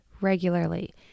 regularly